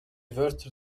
wörter